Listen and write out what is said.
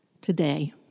today